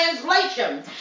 translation